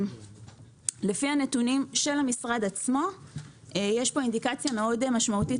לפי הנתונים של המשרד יש פה אינדיקציה משמעותית